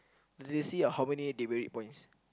later they see ah how many demerit points